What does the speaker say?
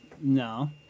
no